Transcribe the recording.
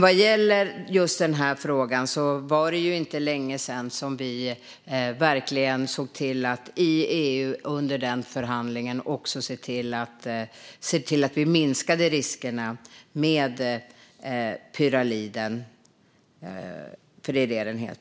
Vad gäller just denna fråga var det ju inte länge sedan vi under förhandlingen i EU verkligen såg till att minska riskerna med pyralid.